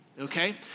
Okay